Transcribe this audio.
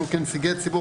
כנציגי ציבור,